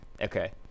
Okay